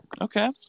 okay